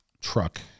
truck